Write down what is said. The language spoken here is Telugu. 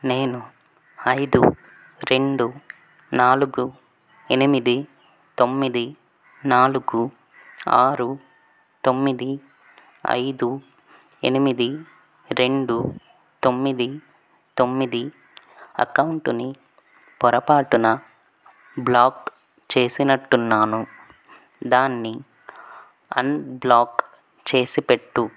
నేను ఐదు రెండు నాలుగు ఎనిమిది తొమ్మిది నాలుగు ఆరు తొమ్మిది ఐదు ఎనిమిది రెండు తొమ్మిది తొమ్మిది అకౌంటుని పొరపాటున బ్లాక్ చేసినట్టు ఉన్నాను దాన్ని అన్బ్లాక్ చేసిపెట్టు